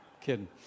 kidding